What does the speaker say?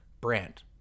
brand